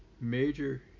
major